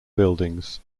buildings